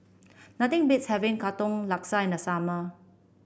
nothing beats having Katong Laksa in the summer